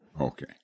Okay